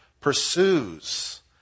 pursues